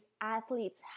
athletes